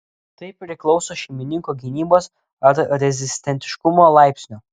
tai priklauso šeimininko gynybos ar rezistentiškumo laipsnio